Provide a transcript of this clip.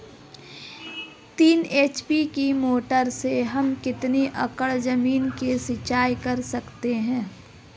तीन एच.पी की मोटर से हम कितनी एकड़ ज़मीन की सिंचाई कर सकते हैं?